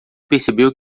percebeu